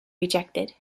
rejected